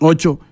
Ocho